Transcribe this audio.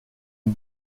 une